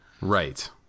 Right